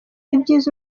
ibyiza